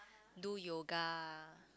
do yoga